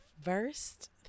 first